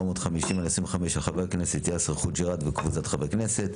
פ/2450/25 של חבר הכנסת יאסר חוג'יראת וקבוצת חברי כנסת,